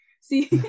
See